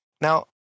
Now